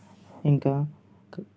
ఇంకా